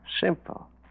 Simple